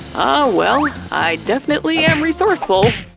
well, i definitely am resourceful.